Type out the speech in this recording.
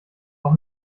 auch